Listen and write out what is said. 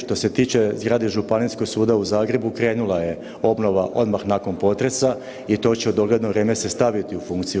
Što se tiče zgrade Županijskog suda u Zagrebu, krenula je obnova odmah nakon potresa i to će u dogledno vrijeme se staviti u funkciju.